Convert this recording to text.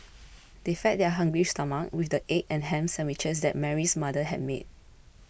they fed their hungry stomachs with the egg and ham sandwiches that Mary's mother had made